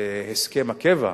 הסכם הקבע,